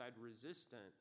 resistant